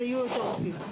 ויהיו יותר רופאים.